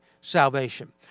salvation